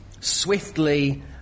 swiftly